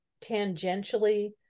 tangentially